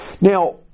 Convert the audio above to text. Now